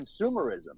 consumerism